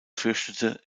fürchtete